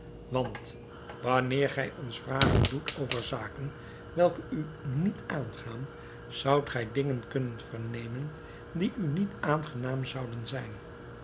want wanneer gij ons vragen doet over zaken welke u niet aangaan zoudt gij dingen kunnen vernemen die u niet aangenaam zouden zijn